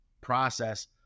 process